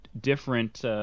different